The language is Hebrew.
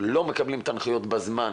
לא מקבלות את ההנחיות בזמן